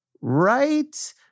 Right